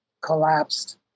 collapsed